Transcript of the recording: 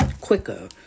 Quicker